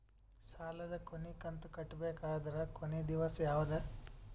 ಸಾಲದ ಕೊನಿ ಕಂತು ಕಟ್ಟಬೇಕಾದರ ಕೊನಿ ದಿವಸ ಯಾವಗದ?